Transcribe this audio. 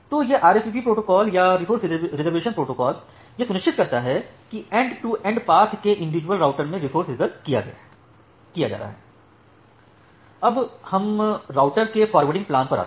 तो यह RSVP protocol या रिसोर्स रिज़र्वेशन प्रोटोकॉल यह सुनिश्चित करता है कि एन्ड तो एन्ड पाथ के इंडिविजुअल राउटर में रिसोर्स रिज़र्व किया जा रहा है अब हम राउटर के फॉरवर्डिंग प्लेन पर आते हैं